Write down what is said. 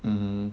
mmhmm